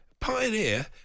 Pioneer